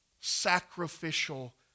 sacrificial